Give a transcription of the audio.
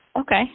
Okay